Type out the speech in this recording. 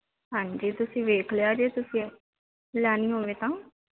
ਹਾਂਜੀ ਤੁਸੀਂ ਵੇਖ ਲਿਆ ਜੇ ਤੁਸੀਂ ਲੈਣੀ ਹੋਵੇ ਤਾਂ